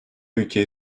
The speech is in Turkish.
ülkeyi